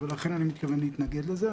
ולכן, אני מתכוון להתנגד לזה.